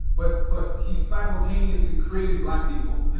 but but he simultaneously created black people.